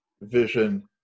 vision